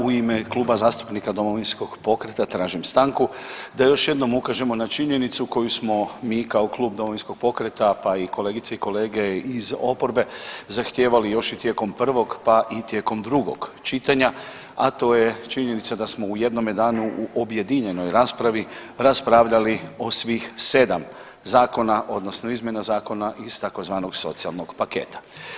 U ime Kluba zastupnika Domovinskog pokreta tražim stanku da još jednom ukažemo na činjenicu koju smo mi kao Klub Domovinskog pokreta pa i kolegice i kolege iz oporbe zahtijevali još i tijekom prvog pa i tijekom drugog čitanja, a to je činjenica da smo u jednome danu u objedinjenoj raspravi raspravljali o svih 7 zakona, odnosno izmjena zakona iz tzv. socijalnog paketa.